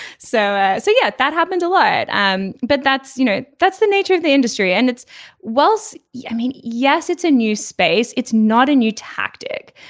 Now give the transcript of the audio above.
so. so yeah that happened a lot um but that's you know that's the nature of the industry and its walls. i yeah mean yes it's a new space it's not a new tactic.